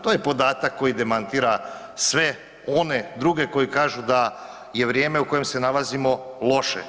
To je podatak koji demantira sve one druge koji kažu da je vrijeme u kojem se nalazimo loše.